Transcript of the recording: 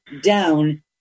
down